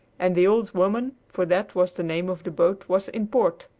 and the old woman for that was the name of the boat was in port.